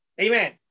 Amen